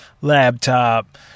laptop